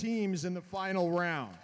teams in the final round